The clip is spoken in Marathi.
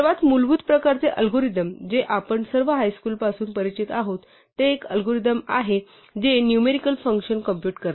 सर्वात मूलभूत प्रकारचे अल्गोरिदम जे आपण सर्व हायस्कूलपासून परिचित आहोत ते एक अल्गोरिदम आहे जे नुमेरिकल फ़ंक्शन कॉम्पूट करते